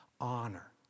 honor